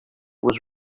was